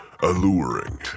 alluring